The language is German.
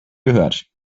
gehört